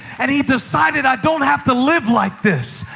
and he decided, i don't have to live like this.